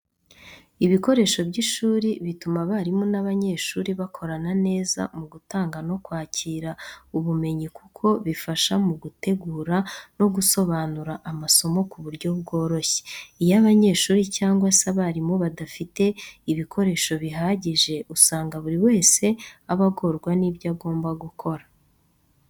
Ibikoresho by'ishuri bituma abarimu n'abanyeshuri bakorana neza mu gutanga no kwakira ubumenyi kuko bifasha mu gutegura no gusobanura amasomo ku buryo bworoshye. Iyo abanyeshuri cyangwa se abarimu badafite ibikoresho bihagije, usanga buri wese aba agorwa n'ibyo agomba gukora.